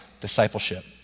discipleship